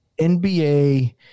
NBA